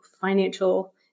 financial